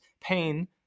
pain